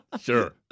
Sure